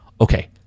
Okay